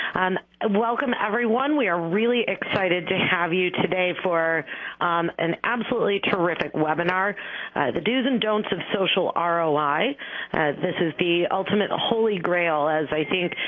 um ah welcome everyone! we are really excited to have you today for an absolutely terrific webinar the do's and don'ts of social roi. ah like this is the ultimate holy grail as i think,